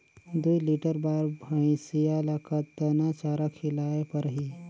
दुई लीटर बार भइंसिया ला कतना चारा खिलाय परही?